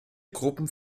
gruppen